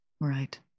right